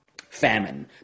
famine